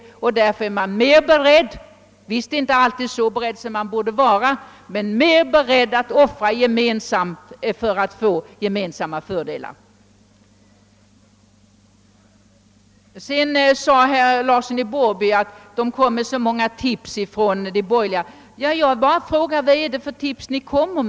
Därför är man på den socialistiska sidan mer beredd — dock inte alltid så beredd som man borde vara — att göra offer gemensamt för att vinna gemensamma fördelar. Herr Larsson i Borrby sade att de borgerliga ger så många tips. Ja, jag bara frågar: Vad är det för tips ni ger?